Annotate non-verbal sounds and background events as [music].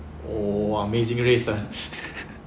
oh !whoa! amazing race ah [laughs]